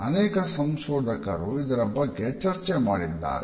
ಅನೇಕ ಸಂಶೋಧಕರು ಇದರ ಬಗ್ಗೆ ಚರ್ಚೆ ಮಾಡಿದ್ದಾರೆ